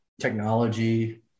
technology